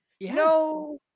No